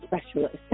specialist